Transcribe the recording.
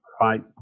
right